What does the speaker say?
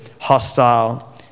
hostile